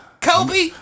Kobe